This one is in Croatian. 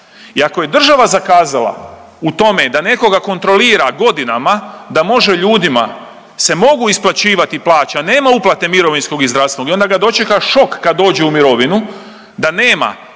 I ako je država zakazala u tome da nekoga kontrolira godinama da može ljudima se mogu se isplaćivati plaće, a nema uplate mirovinskog i zdravstvenog i onda ga dočeka šok kad dođe u mirovinu da nema